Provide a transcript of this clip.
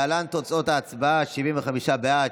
להלן תוצאות ההצבעה: 75 בעד,